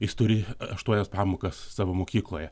jis turi aštuonias pamokas savo mokykloje